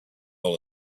all